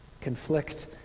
conflict